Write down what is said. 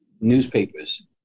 newspapers